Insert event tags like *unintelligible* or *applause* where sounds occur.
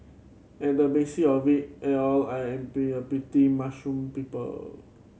at the basis of it *unintelligible* all I am be a pretty mushroom people